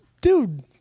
dude